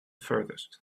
furthest